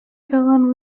villain